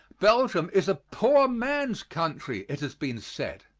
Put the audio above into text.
belgium is a poor man's country, it has been said,